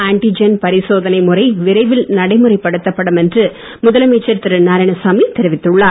antigen பரிசோதனை முறை விரைவில் நடைமுறை படுத்தப்படும் என்று முதலமைச்சர் நாராயணசாமி தெரிவித்துள்ளார்